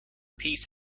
peace